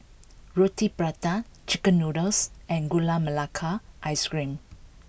Roti Prata Chicken Noodles and Gula Melaka Ice Cream